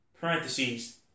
Parentheses